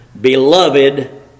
beloved